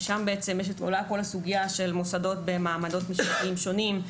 שם בעצם עולה סוגיית המוסדות במעמדות משפטיים שונים,